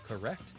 Correct